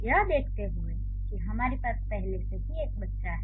यह देखते हुए कि हमारे पास पहले से ही "बच्चा" है